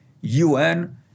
UN